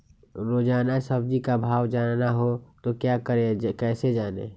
रोजाना सब्जी का भाव जानना हो तो क्या करें कैसे जाने?